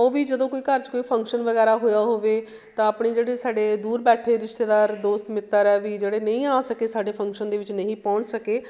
ਉਹ ਵੀ ਜਦੋਂ ਕੋਈ ਘਰ 'ਚ ਕੋਈ ਫੰਕਸ਼ਨ ਵਗੈਰਾ ਹੋਇਆ ਹੋਵੇ ਤਾਂ ਆਪਣੀ ਜਿਹੜੀ ਸਾਡੇ ਦੂਰ ਬੈਠੇ ਰਿਸ਼ਤੇਦਾਰ ਦੋਸਤ ਮਿੱਤਰ ਹੈ ਵੀ ਜਿਹੜੇ ਨਹੀਂ ਆ ਸਕੇ ਸਾਡੇ ਫੰਕਸ਼ਨ ਦੇ ਵਿੱਚ ਨਹੀਂ ਪਹੁੰਚ ਸਕੇ